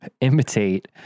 imitate